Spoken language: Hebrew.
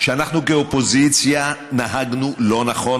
שאנחנו כאופוזיציה נהגנו לא נכון.